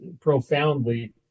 profoundly